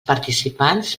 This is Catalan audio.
participants